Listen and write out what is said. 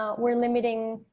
ah we're limiting